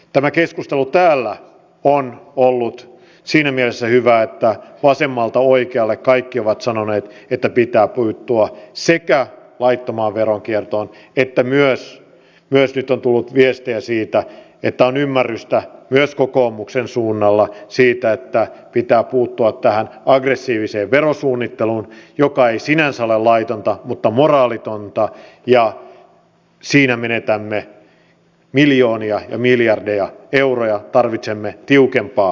tämä keskustelu täällä on ollut siinä mielessä hyvää että vasemmalta oikealle kaikki ovat sanoneet että pitää puuttua laittomaan veronkiertoon ja myös nyt on tullut viestejä siitä että on ymmärrystä myös kokoomuksen suunnalla siitä että pitää puuttua tähän aggressiiviseen verosuunnitteluun joka ei sinänsä ole laitonta mutta moraalitonta ja siinä menetämme miljoonia ja miljardeja euroja tarvitsemme tiukempaa lainsäädäntöä